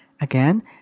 Again